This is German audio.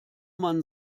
man